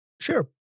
sure